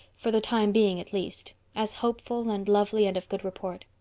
for the time being at least, as hopeful and lovely and of good report.